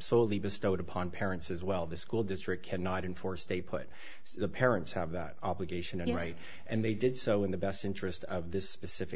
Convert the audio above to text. solely bestowed upon parents as well the school district cannot enforce they put the parents have the obligation to right and they did so in the best interest of this specific